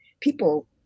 people